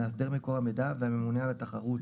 מאסדר מקור המידע והממונה על התחרות